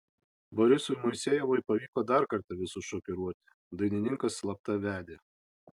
borisui moisejevui pavyko dar kartą visus šokiruoti dainininkas slapta vedė